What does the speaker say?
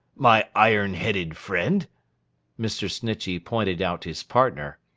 my iron-headed friend mr. snitchey pointed out his partner.